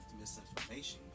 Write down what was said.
misinformation